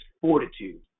fortitude